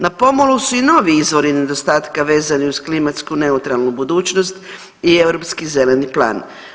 Na pomolu su i novi izvori nedostatka vezani uz klimatsku neutralnu budućnost i Europski zeleni plan.